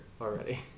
already